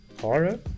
Horror